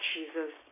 Jesus